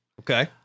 Okay